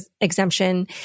exemption